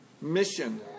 Mission